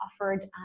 offered